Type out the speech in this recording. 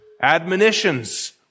admonitions